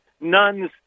nuns